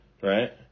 right